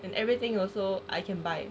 and everything also I can buy